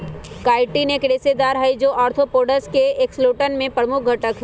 chitin एक रेशेदार हई, जो आर्थ्रोपोड्स के एक्सोस्केलेटन में प्रमुख घटक हई